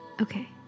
Okay